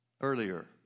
earlier